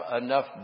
enough